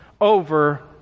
over